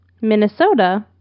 Minnesota